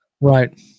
Right